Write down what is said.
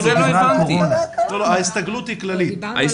ההסתגלות היא כללית.